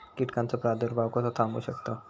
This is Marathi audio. कीटकांचो प्रादुर्भाव कसो थांबवू शकतव?